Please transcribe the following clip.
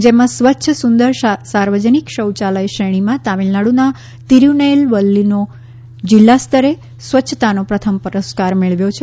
જેમાં સ્વચ્છ સુંદર સાર્વજનિક શૌચાલય શ્રેણીમાં તમિલનાડુના તિરૂનેલવેલ્લીએ જિલ્લા સ્તરે સ્વચ્છતાનો પ્રથમ પુરસ્કાર મેળવ્યો છે